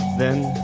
then,